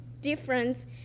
difference